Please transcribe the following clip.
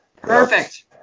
Perfect